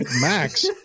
max